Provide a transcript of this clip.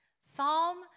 Psalm